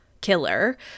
killer